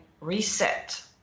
reset